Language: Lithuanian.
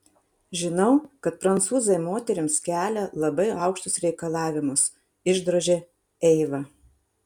žinau kad prancūzai moterims kelia labai aukštus reikalavimus išdrožė eiva